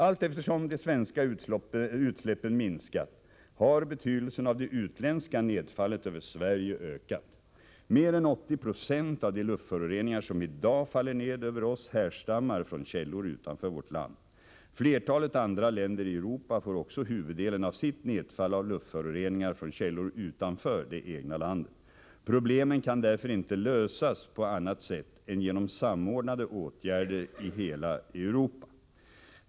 Allteftersom de svenska utsläppen minskat har betydelsen av det utländska nedfallet över Sverige ökat. Mer än 80 90 av de luftföroreningar som i dag faller ned över oss härstammar från källor utanför vårt land. Flertalet andra länder i Europa får också huvuddelen av sitt nedfall av luftföroreningar från källor utanför det egna landet. Problemen kan därför inte lösas på annat sätt än genom samordnade åtgärder i hela Europa.